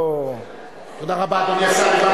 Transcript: לא --- אדוני השר, תודה רבה.